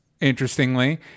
interestingly